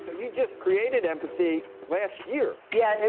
but you just created empathy last year. yeah,